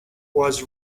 was